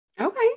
Okay